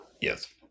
Yes